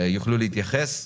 יוכלו להתייחס.